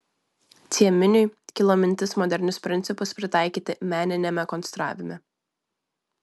cieminiui kilo mintis modernius principus pritaikyti meniniame konstravime